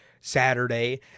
Saturday